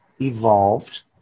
evolved